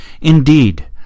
Indeed